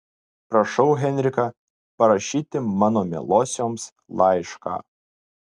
prašau henriką parašyti mano mielosioms laišką